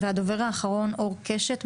הדובר האחרון אור קשת,